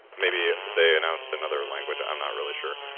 maybe they announced another language. i'm not really sure.